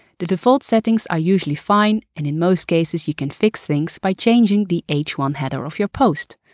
the default settings are usually fine and in most cases you can fix things by changing the h one header of your post,